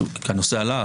כי הנושא עלה.